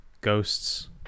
ghosts